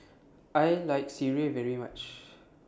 I like Sireh very much